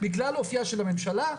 בגלל אופייה של הממשלה,